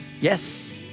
Yes